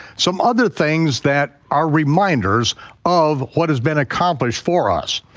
some other things that are reminders of what has been accomplished for us.